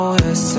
yes